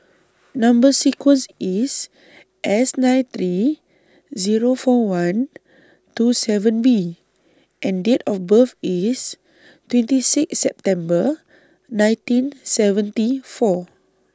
Number sequence IS S nine three Zero four one two seven B and Date of birth IS twenty six September nineteen seventy four